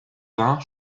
vingt